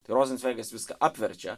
tai rozencveigas viską apverčia